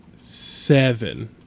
seven